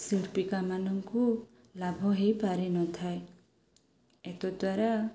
ଶିଳ୍ପିକାମାନଙ୍କୁ ଲାଭ ହେଇପାରି ନ ଥାଏ ଏତଦ୍ ଦ୍ୱାରା